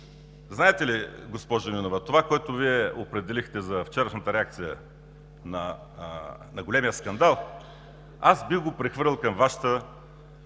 Знаете ли, госпожо Нинова, това, което Вие определихте за вчерашната реакция на големия скандал, аз бих го прехвърлил към Вашата